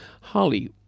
Holly